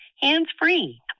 hands-free